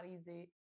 easy